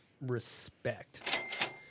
respect